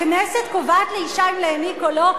הכנסת קובעת לאשה אם להיניק או לא?